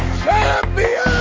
champion